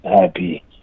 happy